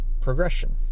progression